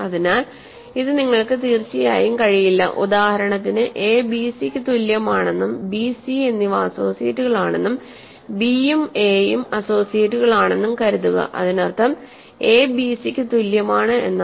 അതിനാൽ ഇത് നിങ്ങൾക്ക് തീർച്ചയായും കഴിയില്ലഉദാഹരണത്തിന് a bc യ്ക്ക് തുല്യമാണെന്നും b c എന്നിവ അസോസിയേറ്റുകളാണെന്നും b ഉം a ഉം അസോസിയേറ്റുകളാണെന്നും കരുതുക ഇതിനർത്ഥം എ ബിസിക്ക് തുല്യമാണ് എന്നാണ്